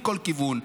מכל כיוון.